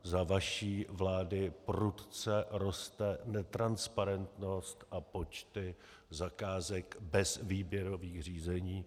Za vaší vlády prudce roste netransparentnost a počty zakázek bez výběrových řízení.